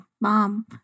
mom